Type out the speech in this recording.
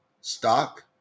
stock